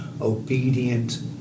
obedient